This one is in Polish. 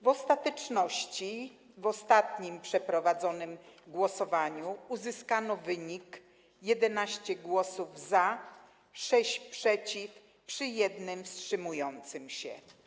W ostateczności, w ostatnim przeprowadzonym głosowaniu uzyskano wynik: 11 głosów za, 6 - przeciw, przy 1 wstrzymującym się.